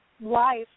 life